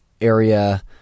area